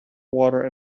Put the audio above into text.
water